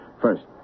First